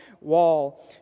wall